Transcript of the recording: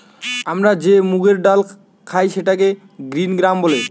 আমরা যে মুগের ডাল খাই সেটাকে গ্রিন গ্রাম বলে